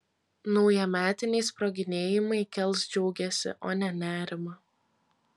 naujametiniai sproginėjimai kels džiugesį o ne nerimą